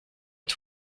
est